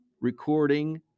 recording